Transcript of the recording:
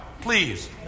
Please